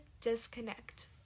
disconnect